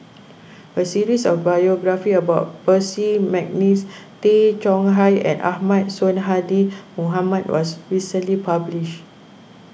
a series of biographies about Percy McNeice Tay Chong Hai and Ahmad Sonhadji Mohamad was recently published